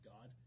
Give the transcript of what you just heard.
God